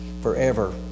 forever